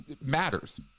matters